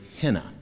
henna